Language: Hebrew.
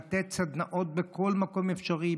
לתת סדנאות בכל מקום אפשרי,